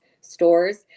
stores